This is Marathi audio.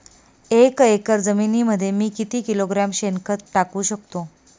एक एकर जमिनीमध्ये मी किती किलोग्रॅम शेणखत टाकू शकतो?